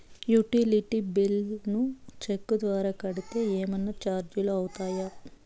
Utility bills ను cheque ద్వారా కట్టితే ఏమన్నా చార్జీలు అవుతాయా?